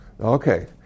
Okay